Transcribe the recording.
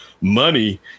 money